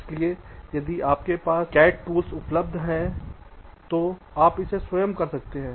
इसलिए यदि आपके पास आपके पास सीएडी टूल्स उपलब्ध है तो आप इसे स्वयं कर सकते हैं